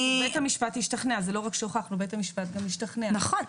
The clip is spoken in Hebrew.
לא רק שהוכחנו בית המשפט גם השתכנע -- נכון.